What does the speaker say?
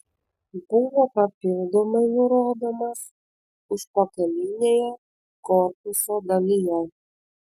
buvo papildomai nurodomas užpakalinėje korpuso dalyje